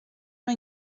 una